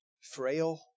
frail